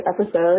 episode